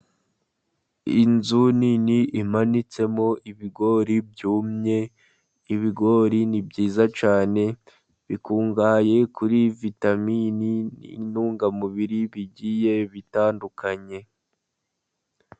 Inzu nini imanitsemo ibigori byumye, ibigori ni byiza cyane, bikungahaye kuri vitamini n'intungamubiri, bigiye bitandukanye.